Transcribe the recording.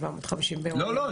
לא, לא.